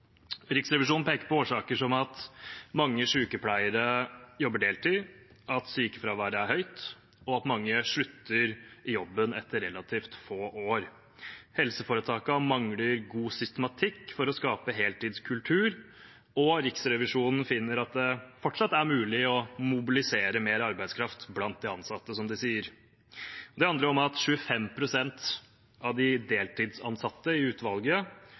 Riksrevisjonen peker på årsaker som at mange sykepleiere jobber deltid, at sykefraværet er høyt, og at mange slutter i jobben etter relativt få år. Helseforetakene mangler god systematikk for å skape heltidskultur, og Riksrevisjonen finner at det fortsatt er mulig å mobilisere mer arbeidskraft blant de ansatte, som de sier. Det handler om at 25 pst. av de deltidsansatte i utvalget